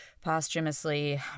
posthumously